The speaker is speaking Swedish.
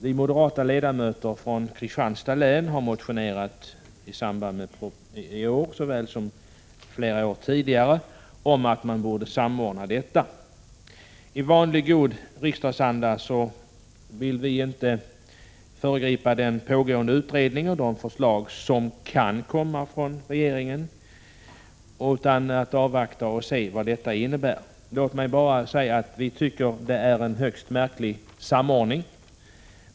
Vi moderata ledamöter från Kristianstads län har motionerat, i år såväl som under flera tidigare år, om att man borde samordna detta. I vanlig god riksdagsanda vill vi inte föregripa den pågående utredningen och de förslag som kan komma från regeringen. Vi kommer att avvakta och se vad detta innebär. Låt mig bara säga att vi tycker att det är en högst märklig samordning.